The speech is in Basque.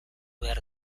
behar